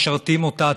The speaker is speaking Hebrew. משרתים אותה,